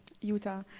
Utah